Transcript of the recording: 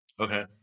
okay